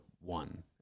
one